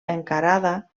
encarada